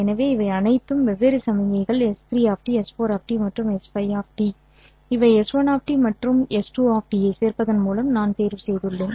எனவே இவை அனைத்தும் வெவ்வேறு சமிக்ஞைகள் s3 s4 மற்றும் s5 இவை s1 மற்றும் s2 ஐ சேர்ப்பதன் மூலம் நான் தேர்வு செய்துள்ளேன்